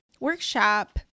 workshop